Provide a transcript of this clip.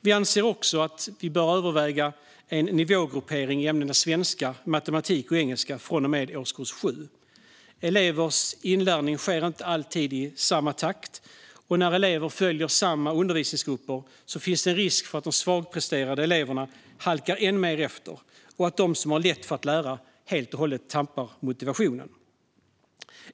Vi anser också att man bör överväga en nivågruppering i ämnena svenska, matematik och engelska från och med årskurs 7. Elevers inlärning sker inte alltid i samma takt, och när alla elever följer samma undervisningsgrupper finns en risk att de svagpresterande eleverna halkar än mer efter och att de som har lätt för att lära tappar motivationen.